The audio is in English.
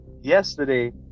Yesterday